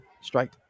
strike